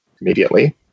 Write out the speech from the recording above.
immediately